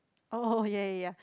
oh yea yea yea